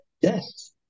Yes